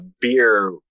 beer